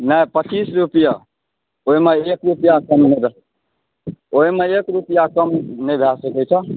नहि पच्चीस रुपैआ ओहिमे एक रुपैआ कम नहि भेटतऽ ओहिमे एक रुपैआ नहि कम भऽ सकै छऽ